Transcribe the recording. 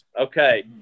Okay